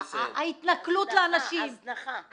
ההתנכלות לאנשים,